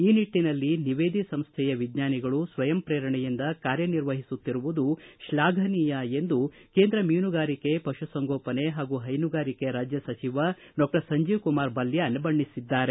ಈ ನಿಟ್ಟಿನಲ್ಲಿ ನಿವೇದಿ ಸಂಸ್ಥೆಯ ವಿಜ್ಞಾನಿಗಳು ಸ್ವಯಂ ಪ್ರೇರಣೆಯಿಂದ ಕಾರ್ಯನಿರ್ವಹಿಸುತ್ತಿರುವುದು ಶ್ಲಾಘನೀಯ ಎಂದು ಕೇಂದ್ರ ಮೀನುಗಾರಿಕೆ ಪಶುಸಂಗೋಪನೆ ಹಾಗೂ ಹೈನುಗಾರಿಕೆ ರಾಜ್ಯ ಸಚಿವ ಡಾಕ್ಷರ್ ಸಂಜೀವ್ ಕುಮಾರ್ ಬಲ್ಕಾನ್ ಬಣ್ಣಿಸಿದ್ದಾರೆ